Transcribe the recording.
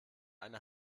eine